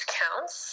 counts